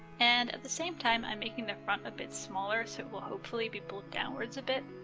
and at the same time i'm making the front a bit smaller so it will hopefully be pulled downwards a bit.